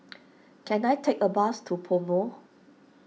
can I take a bus to PoMo